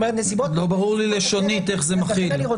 לא ברור לי לשונית איך זה מכיל.